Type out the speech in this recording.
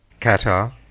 Qatar